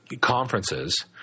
conferences –